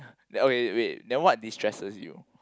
then okay wait then what distresses you